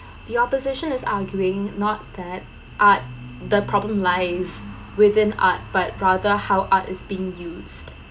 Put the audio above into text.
the opposition is arguing not that art the problem lies within art but rather how art is being used